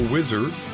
Wizard